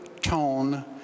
tone